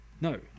No